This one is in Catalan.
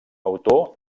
autor